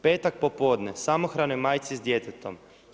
Petak popodne, samohranoj majci s djetetom.